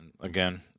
Again